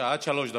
עד שלוש דקות.